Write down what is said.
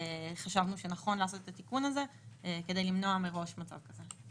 חשבנו שנכון לעשות את התיקון הזה כדי למנוע מראש מצב כזה.